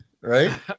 right